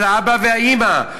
של האבא והאימא,